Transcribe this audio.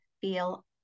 feel